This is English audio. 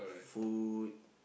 food